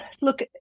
look